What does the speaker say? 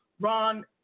Ron